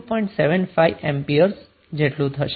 75 ampere જેટલું થશે